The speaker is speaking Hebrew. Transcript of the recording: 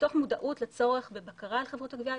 מתוך מודעות לצורך בבקרה על חברות הגבייה,